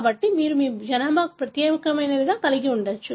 కాబట్టి మీరు మీ జనాభాకు ప్రత్యేకమైనది కలిగి ఉండవచ్చు